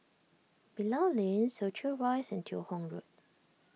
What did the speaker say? Bilal Lane Soo Chow Rise and Teo Hong Road